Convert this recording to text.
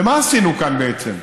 ומה עשינו כאן בעצם?